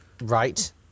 Right